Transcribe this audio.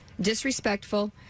disrespectful